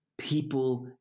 people